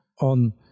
on